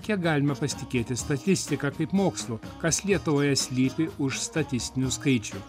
kiek galima pasitikėti statistika kaip mokslu kas lietuvoje slypi už statistinių skaičių